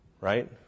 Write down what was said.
Right